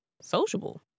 sociable